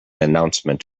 announcement